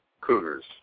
Cougars